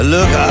Look